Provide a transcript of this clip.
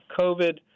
COVID